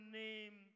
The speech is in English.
name